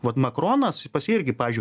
vat makronas pas jį irgi pavyzdžiui